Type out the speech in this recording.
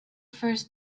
first